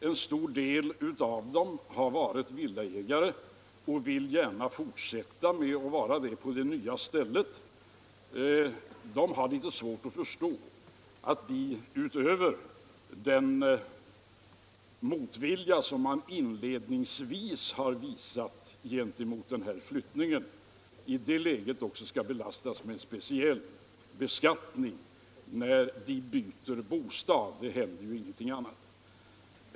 En stor del av dem har varit villaägare och vill gärna fortsätta med att vara detta på det nya stället. De har litet svårt att förstå att de, utöver den motvilja som de inledningsvis har visat gentemot flyttningen, i det läget också skall belastas med en speciell beskattning när de byter bostad — det händer ju ingenting annat.